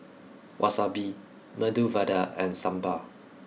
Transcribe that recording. Wasabi Medu Vada and Sambar